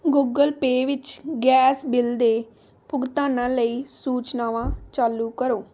Google Pay ਵਿੱਚ gas bill ਦੇ ਭੁਗਤਾਨਾਂ ਲਈ ਸੂਚਨਾਵਾਂ ਚਾਲੂ ਕਰੋ